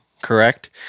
correct